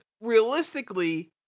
realistically